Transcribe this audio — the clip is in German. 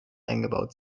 eingebaut